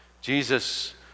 Jesus